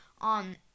on